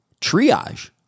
triage